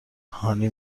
هانی